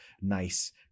nice